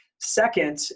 Second